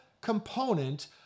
component